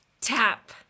tap